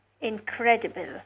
incredible